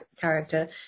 character